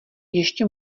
ještě